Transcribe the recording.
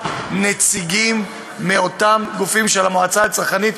נציגים מאותם גופים של המועצה הצרכנית,